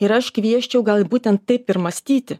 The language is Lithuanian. ir aš kviesčiau gal ir būtent taip ir mąstyti